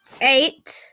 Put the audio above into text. Eight